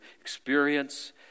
experience